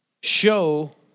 show